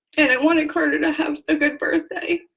and i wanted carter to have a good birthday.